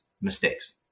mistakes